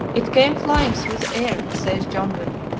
it came flying through the air, says joinville,